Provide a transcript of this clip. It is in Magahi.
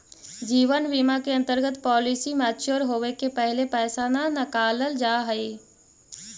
जीवन बीमा के अंतर्गत पॉलिसी मैच्योर होवे के पहिले पैसा न नकालल जाऽ हई